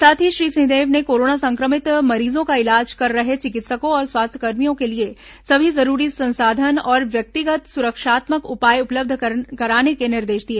साथ ही श्री सिंहदेव ने कोरोना संक्रमित मरीजों का इलाज कर रहे चिकित्सकों और स्वास्थ्यकर्मियों के लिए सभी जरूरी संसाधन और व्यक्तिगत सुरक्षात्मक उपाय उपलब्ध कराने के निर्देश दिए